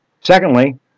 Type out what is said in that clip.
Secondly